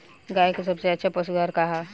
गाय के सबसे अच्छा पशु आहार का ह?